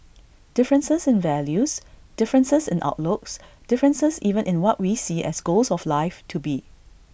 differences in values differences in outlooks differences even in what we see as goals of life to be